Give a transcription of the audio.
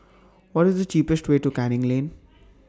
What IS The cheapest Way to Canning Lane